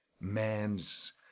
man's